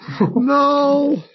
No